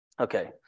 Okay